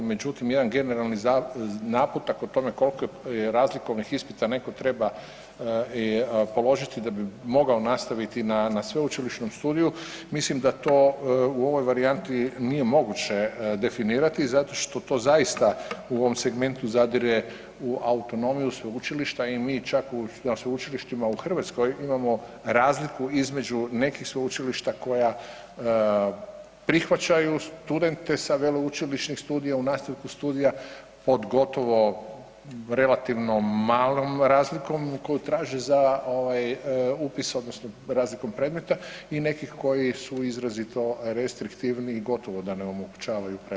Međutim, jedan generalni naputak o tome koliko razlikovnih ispita neko treba položiti da bi mogao nastaviti na sveučilišnom studiju, mislim da to u ovoj varijanti nije moguće definirati zato što to zaista u ovom segmentu zadire u autonomiju sveučilišta i mi čak na sveučilištima u Hrvatskoj imamo razliku između nekih sveučilišta koja prihvaćaju studente sa veleučilišnih studija u nastavku studija pod gotovo relativno malom razlikom koju traže za upis odnosno razlikom predmeta i nekih koji su izrazito restriktivni i gotovo da ne omogućavaju prelazak.